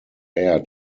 air